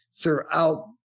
throughout